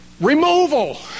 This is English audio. removal